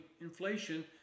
inflation